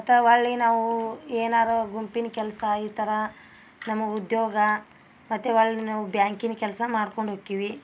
ಮತ್ತವಳ್ಳಿ ನಾವು ಏನಾರು ಗುಂಪಿನ ಕೆಲಸ ಈ ಥರ ನಮಗೆ ಉದ್ಯೋಗ ಮತ್ತು ಒಳ್ಳಿನವ ಬ್ಯಾಂಕಿನ ಕೆಲ್ಸ ಮಾಡ್ಕೊಂಡು ಹೋಕ್ಕಿವಿ